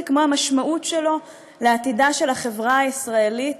כמו המשמעות שלו לעתידה של החברה הישראלית